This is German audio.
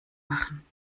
machen